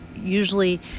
usually